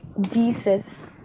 Jesus